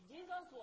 Jesus